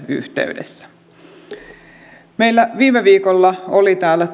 yhteydessä meillä viime viikolla oli täällä